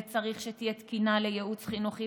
וצריך שתהיה תקינה לייעוץ חינוכי,